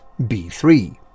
B3